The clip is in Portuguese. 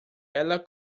ela